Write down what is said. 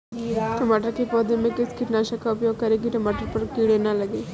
टमाटर के पौधे में किस कीटनाशक का उपयोग करें कि टमाटर पर कीड़े न लगें?